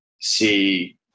see